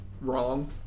wrong